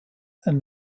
and